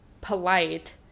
polite